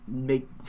make